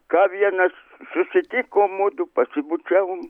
ką vienas susitikom mudu pasibučiavom